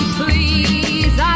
please